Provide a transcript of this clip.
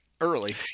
early